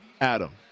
Adam